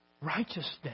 righteousness